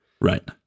Right